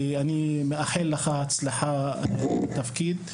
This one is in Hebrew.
ואני מאחל לך הצלחה בתפקיד.